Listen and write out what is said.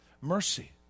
mercy